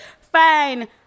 Fine